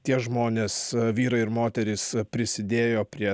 tie žmonės vyrai ir moterys prisidėjo prie